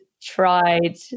tried